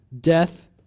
death